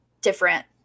different